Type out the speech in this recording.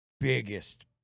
Biggest